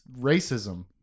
racism